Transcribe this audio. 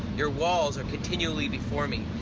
your walls are continually before me.